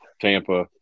Tampa